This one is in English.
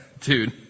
dude